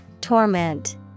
Torment